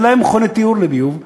אין להם מכוני טיהור לביוב,